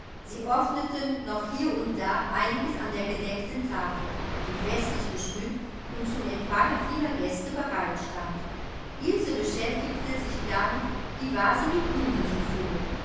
sie ordneten noch hier und da einiges an der gedeckten tafel die festlich geschmückt und zum empfange vieler gäste bereit stand ilse beschäftigte sich damit die vasen mit blumen zu füllen